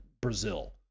Brazil